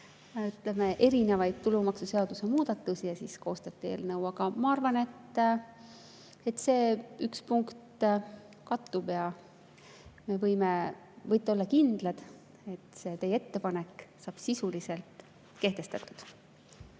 kogunenud erinevaid tulumaksuseaduse muudatusi ja siis koostati eelnõu. Ma arvan, et see üks punkt kattub, ja võite olla kindlad, et teie ettepanek saab sisuliselt kehtestatud.